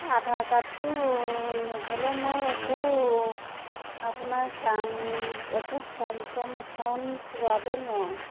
আধাৰ কাৰ্ডটো নহ'লে মই একো আপোনাৰ কাম একো ফৰ্ম চৰ্ম এখন পূৰাবই নোৱাৰোঁ